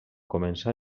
començà